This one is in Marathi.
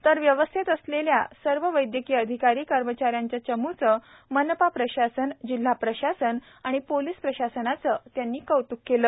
तर व्यवस्थैत असलेल्या सर्व वप्त्यकीय अधिकारी कर्मचाऱ्यांच्या चमूचे मनपा प्रशासन जिल्हा प्रशासन आणि पोलिस प्रशासनाचे कौत्क केले